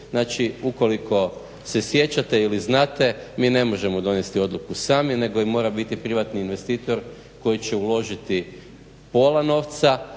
Znači ukoliko se sjećate ili znate, mi ne možemo donesti odluku sami nego mora biti privatni investitor koji će uložiti pola novca,